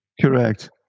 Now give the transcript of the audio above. Correct